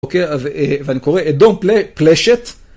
אוקיי, ואני קורא, אדום פלשת